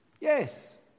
yes